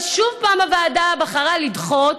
אבל עוד פעם, הוועדה בחרה לדחות,